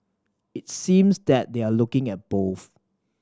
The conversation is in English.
it seems that they're looking at both